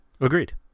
Agreed